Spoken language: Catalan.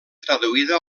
traduïda